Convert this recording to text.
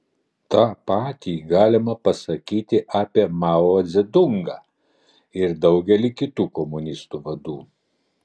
tą patį galima pasakyti apie mao dzedungą ir daugelį kitų komunistų vadų